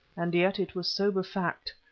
and yet it was sober fact,